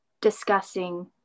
discussing